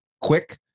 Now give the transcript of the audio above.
Quick